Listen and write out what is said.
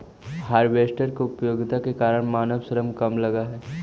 harvester के उपयोगिता के कारण मानव श्रम कम लगऽ हई